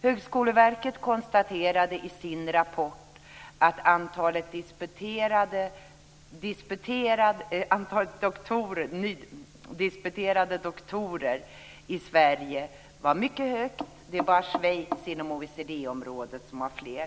Högskoleverket konstaterade i sin rapport att antalet disputerade doktorer i Sverige var mycket högt. Det är bara Schweiz inom OECD-området som har fler.